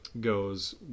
Goes